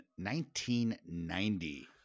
1990